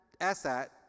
asset